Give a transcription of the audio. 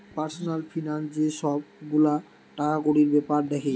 personal finance যে সব গুলা টাকাকড়ির বেপার দ্যাখে